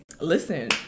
listen